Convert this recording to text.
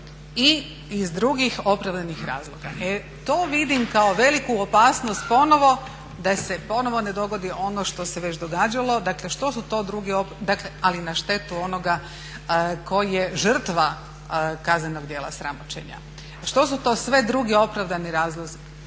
i iz drugih opravdanih razloga. E to vidim kao veliku opasnost ponovno da se ponovno ne dogodi ono što se već događalo. Dakle što su to drugi …/Govornica se ne razumije./… ali na štetu onoga koji je žrtva kaznenog djela sramoćenja. Što su to sve drugi opravdani razlozi?